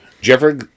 Jeffrey